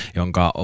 jonka